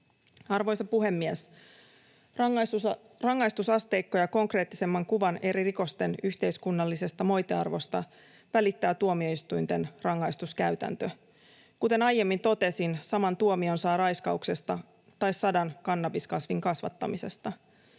Arvoisa puhemies! Rangaistusasteikkoja konkreettisemman kuvan eri rikosten yhteiskunnallisesta moitearvosta välittää tuomioistuinten rangaistuskäytäntö. Kuten aiemmin totesin, saman tuomion saa raiskauksesta tai sadan kannabiskasvin kasvattamisesta.